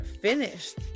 finished